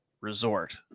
Resort